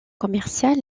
commerciale